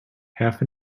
half